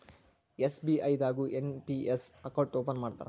SBI ದಾಗು NPS account open ಮಾಡ್ತಾರಾ